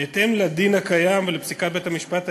בהתאם לדין הקיים ולפסיקת בית-המשפט העליון,